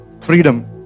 freedom